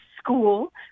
school